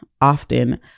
often